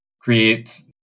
create